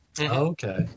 Okay